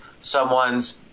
someone's